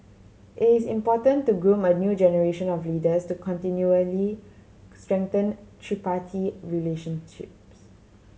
it is important to groom a new generation of leaders to continually strengthen tripartite relationships